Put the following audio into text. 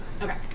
Okay